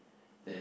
is